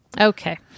Okay